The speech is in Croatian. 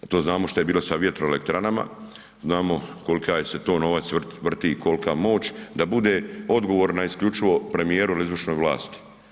To znamo šta je bilo sa vjetroelektranama, znamo kolika je se to novac vrti, kolka moć, da bude odgovorna isključivo premijeru ili izvršnoj vlasti.